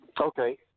Okay